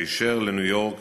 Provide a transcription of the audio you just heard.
היישר לניו-יורק